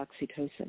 oxytocin